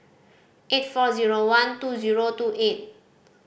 eight four zero one two zero two eight